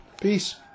peace